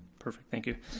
perfect, thank you.